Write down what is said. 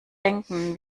denken